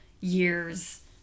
years